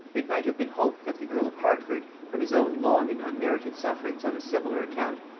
it might have been hoped that the earl of hertford, from his own long and unmerited sufferings on a similar account,